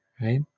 right